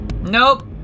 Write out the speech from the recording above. Nope